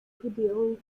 kodierung